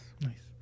Nice